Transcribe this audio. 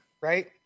right